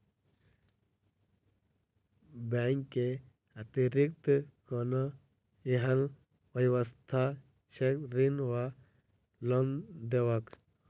Bank केँ अतिरिक्त कोनो एहन व्यवस्था छैक ऋण वा लोनदेवाक?